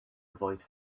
avoid